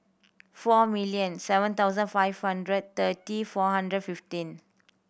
four million seven thousand five hundred thirty four hundred fifteen